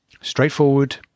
Straightforward